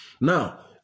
Now